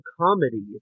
comedy